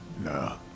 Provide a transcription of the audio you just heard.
No